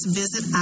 visit